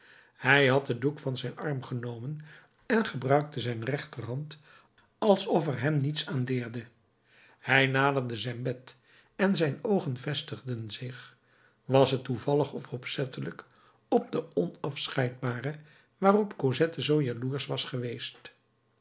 hij had den doek van zijn arm genomen en gebruikte zijn rechterhand alsof er hem niets aan deerde hij naderde zijn bed en zijn oogen vestigden zich was het toevallig of opzettelijk op de onafscheidbare waarop cosette zoo jaloersch was geweest